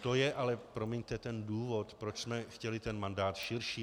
To je ale, promiňte, ten důvod, proč jsme chtěli ten mandát širší.